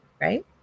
Right